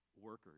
workers